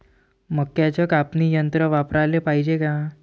मक्क्याचं कापनी यंत्र वापराले पायजे का?